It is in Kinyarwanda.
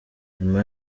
nyuma